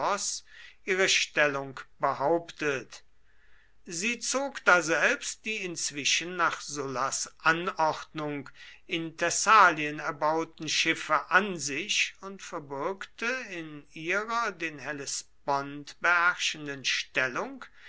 ihre stellung behauptet sie zog daselbst die inzwischen nach sullas anordnung in thessalien erbauten schiffe an sich und verbürgte in ihrer den hellespont beherrschenden stellung